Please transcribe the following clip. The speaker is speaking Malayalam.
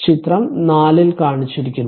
ചിത്രം 4 ൽ കാണിച്ചിരിക്കുന്നു